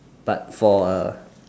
but for